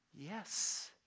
Yes